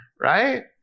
right